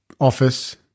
office